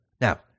Now